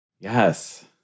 Yes